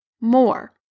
more